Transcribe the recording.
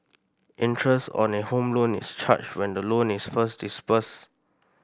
interest on a home loan is charged when the loan is first disbursed